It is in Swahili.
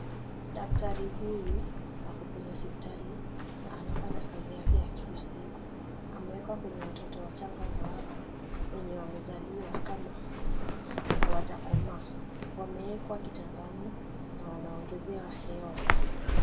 Daktari huyu ako kwenye hospitali na anafanya kazi yake ya kila siku. Amewekwa kwenye watoto wachanga ndo ako, wenye wamezaliwa kama hawajakomaa. Wamewekwa kitandani na wanaongezewa hewa.